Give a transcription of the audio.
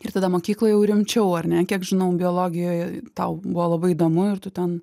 ir tada mokykloj jau rimčiau ar ne kiek žinau biologijoje tau buvo labai įdomu ir tu ten